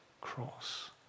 cross